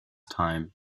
time